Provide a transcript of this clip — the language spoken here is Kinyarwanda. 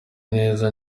neza